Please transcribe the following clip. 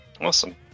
Awesome